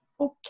okay